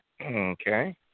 Okay